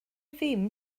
ddim